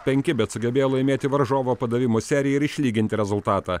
penki bet sugebėjo laimėti varžovo padavimų seriją ir išlyginti rezultatą